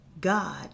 God